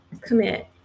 commit